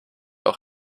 auch